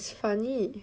but it's funny